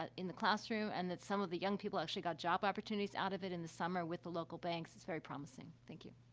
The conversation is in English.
ah in the classroom and that some of the young people actually got job opportunities out of it in the summer with the local banks is very promising. thank you.